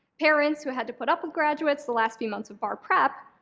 parents who had to put up with graduates the last few months of bar prep,